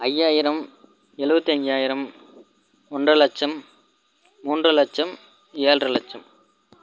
ஐயாயிரம் எழுவத்தி அஞ்சாயிரம் ஒன்றரை லட்சம் மூன்றரை லட்சம் ஏழ்ரை லட்சம்